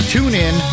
TuneIn